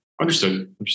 Understood